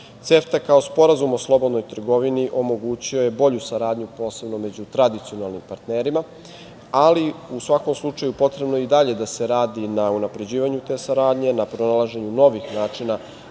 kao Sporazum o slobodnoj trgovini, omogućio je bolju saradnju posebno među tradicionalnim partnerima, ali u svakom slučaju potrebno je i dalje da se radi na unapređivanju te saradnje, na pronalaženju novih načina